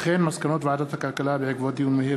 מסקנות ועדת הכלכלה בעקבות דיון מהיר